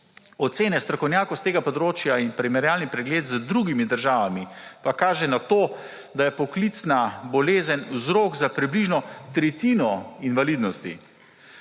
Ocene strokovnjakov s tega področja in primerjalni pregled z drugimi državami pa kažejo na to, da je poklicna bolezen vzrok za približno tretjino invalidnosti.